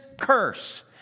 curse